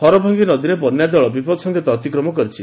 ହରଭଙ୍ଗୀ ନଦୀରେ ବନ୍ୟାଜଳ ବିପଦସଙ୍କେତ ଅତିକ୍ରମ କରିଛି